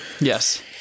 Yes